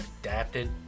adapted